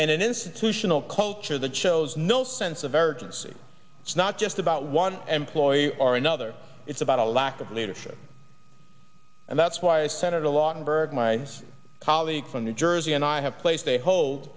and an institutional culture that shows no sense of urgency it's not just about one employee or another it's about a lack of leadership and that's why senator lawton byrd my colleague from new jersey and i have placed a hold